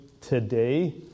today